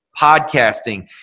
podcasting